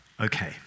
Okay